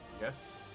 Yes